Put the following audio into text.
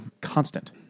Constant